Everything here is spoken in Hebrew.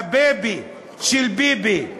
הבייבי של ביבי,